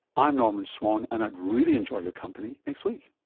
i'm norman swan, and i'd really enjoy your company next week